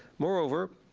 moreover,